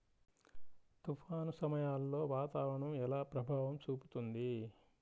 తుఫాను సమయాలలో వాతావరణం ఎలా ప్రభావం చూపుతుంది?